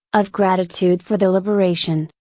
of gratitude for the liberation,